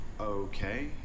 Okay